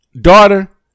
daughter